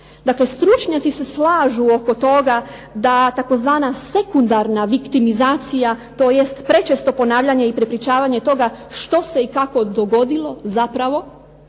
Dakle, stručnjaci se slažu oko toga da tzv. Sekundarna viktimizacija tj. Prečesto ponavljanje i prepričavanje toga što se i kako dogodilo je zapravo